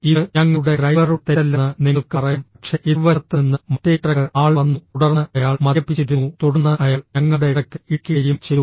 ഇത് ഞങ്ങളുടെ ഡ്രൈവറുടെ തെറ്റല്ലെന്ന് നിങ്ങൾക്ക് പറയാം പക്ഷേ എതിർവശത്ത് നിന്ന് മറ്റേ ട്രക്ക് ആൾ വന്നു തുടർന്ന് അയാൾ മദ്യപിച്ചിരുന്നു തുടർന്ന് അയാൾ ഞങ്ങളുടെ ട്രക്കിൽ ഇടിക്കുകയും ചെയ്തു